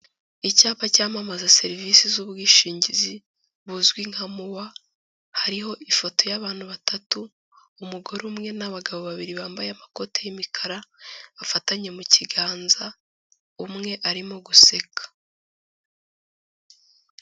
Icyapa cyamamaza serivisi z'ubwishingizi buzwi nka Muwa, hariho ifoto y'abantu batatu umugore umwe n'abagabo babiri bambaye amakoti y'imikara, bafatanye mu kiganza umwe arimo guseka.